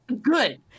good